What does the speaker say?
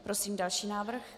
Prosím další návrh.